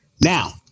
Now